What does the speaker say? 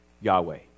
Yahweh